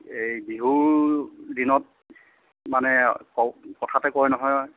এই বিহুৰ দিনত মানে কওঁ কথাতে কয় নহয়